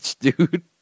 dude